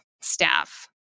staff